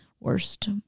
worst